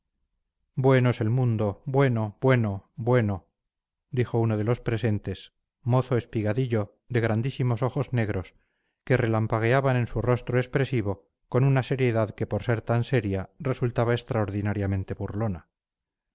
bueno es el mundo bueno bueno bueno dijo uno de los presentes mozo espigadillo de grandísimos ojos negros que relampagueaban en su rostro expresivo con una seriedad que por ser tan seria resultaba extraordinariamente